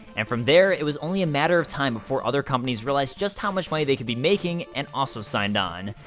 and from there, it was only a matter of time before other companies realized just how much money they could be making and signed on.